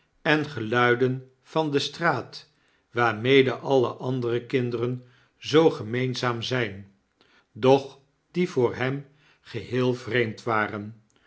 en geluiden van de straat waarmede alle andere kinderen zoo gemeenzaam zyn doch die voor hem geheel vreemd waren